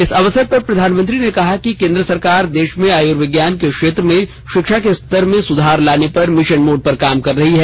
इस अवसर पर प्रधानमंत्री ने कहा कि केंद्र सरकार देश में आयुर्विज्ञान के क्षेत्र में शिक्षा के स्तर में सुधार लाने पर मिशन मोड पर काम कर रही है